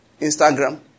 Instagram